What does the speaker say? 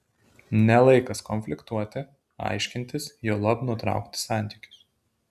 ne laikas konfliktuoti aiškintis juolab nutraukti santykius